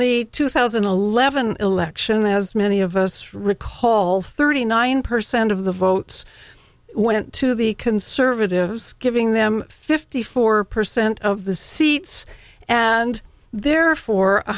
the two thousand and eleven election as many of us recall thirty nine percent of the votes went to the conservatives giving them fifty four percent of the seats and there for